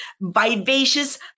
vivacious